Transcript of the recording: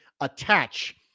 attach